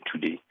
today